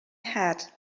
had